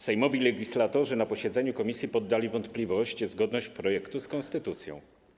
Sejmowi legislatorzy na posiedzeniu komisji podali w wątpliwość zgodność projektu z konstytucją.